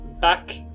back